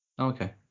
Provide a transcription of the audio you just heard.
Okay